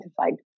identified